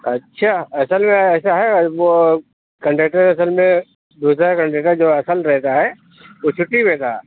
اچھا اصل میں ایسا ہے آج وہ کنڈیکٹر اصل میں دوسرا کنڈیکٹر جو اصل رہتا ہے وہ چھٹّی پہ تھا